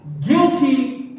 guilty